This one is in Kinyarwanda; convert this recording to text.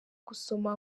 gusoma